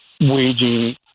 waging